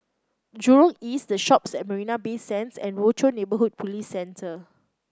Jurong East The Shoppes at Marina Bay Sands and Rochor Neighborhood Police Centre